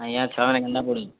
ଆଜ୍ଞା ଛୁଆମାନେ କେନ୍ତା ପଢ଼ୁଚନ୍